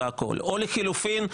או לחילופין,